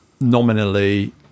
nominally